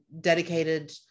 dedicated